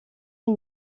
une